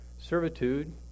servitude